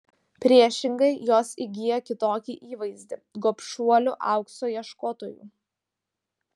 priešingai jos įgyja kitokį įvaizdį gobšuolių aukso ieškotojų